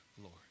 Lord